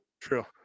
true